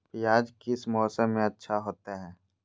प्याज किस मौसम में अच्छा होता है?